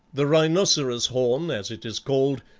the rhinoceros horn, as it is called,